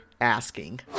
asking